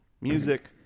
music